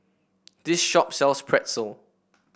this shop sells Pretzel